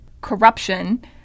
corruption